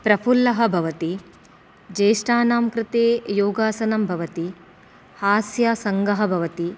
प्रफुल्लः भवति ज्येष्ठानां कृते योगासनं भवति हास्यासङ्गः भवति